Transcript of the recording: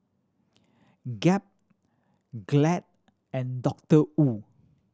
Gap Glade and Doctor Wu